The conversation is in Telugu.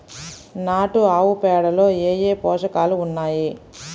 నాటు ఆవుపేడలో ఏ ఏ పోషకాలు ఉన్నాయి?